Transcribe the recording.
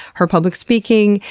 her public speaking,